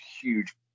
huge